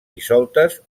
dissoltes